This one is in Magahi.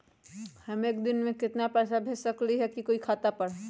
हम एक दिन में केतना पैसा भेज सकली ह कोई के खाता पर?